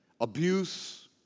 abuse